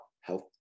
health